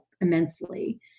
immensely